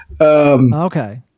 Okay